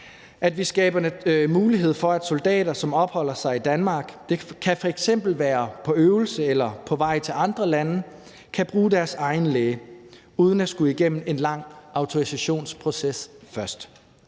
at vi skaber mulighed for, at soldater, som opholder sig i Danmark – det kan f.eks. være på øvelse eller på vej til andre lande – kan bruge deres egen læge uden at skulle igennem en lang autorisationsproces først.